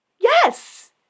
Yes